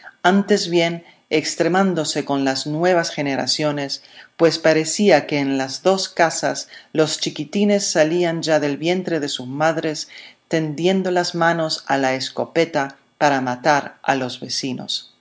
antes bien extremándose con las nuevas generaciones pues parecía que en las dos casas los chiquitines salían ya del vientre de sus madres tendiendo las manos a la escopeta para matar a los vecinos